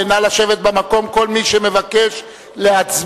נא לשבת במקום, כל מי שמבקש להצביע.